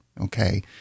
okay